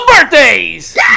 birthdays